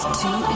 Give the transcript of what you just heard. two